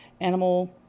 animal